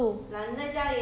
err